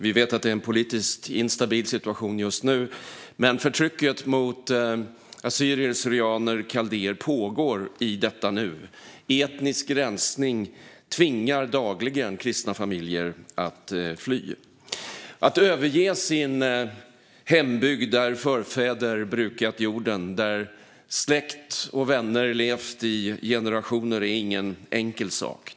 Vi vet att det råder en politiskt instabil situation just nu, men förtrycket mot assyrier kaldéer pågår i detta nu. Etnisk rensning tvingar dagligen kristna familjer att fly. Att överge sin hembygd, där förfäder brukat jorden och där släkt och vänner levt i generationer, är ingen enkel sak.